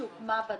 על כך שהוקמה ועדה